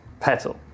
Petal